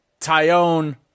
Tyone